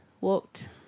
walked